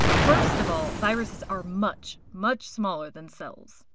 first of all, viruses are much, much smaller than cells.